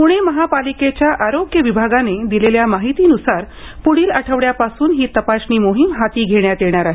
पुणे महापालिकेच्या आरोग्य विभागाने दिलेल्या माहितीनुसार पुढील आठवड्यापासून ही तपासणी मोहीम हाती घेण्यात येणार आहे